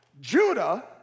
Judah